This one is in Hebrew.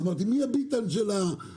אמרתי: מי הביטן של זה?